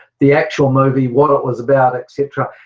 the actual movie, what it was about, et cetera.